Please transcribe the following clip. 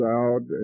out